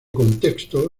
contexto